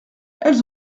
elles